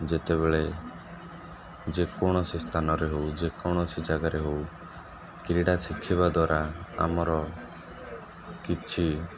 ଯେତେବେଳେ ଯେକୌଣସି ସ୍ଥାନରେ ହେଉ ଯେକୌଣସି ଜାଗାରେ ହେଉ କ୍ରୀଡ଼ା ଶିଖିବା ଦ୍ୱାରା ଆମର କିଛି